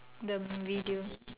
the video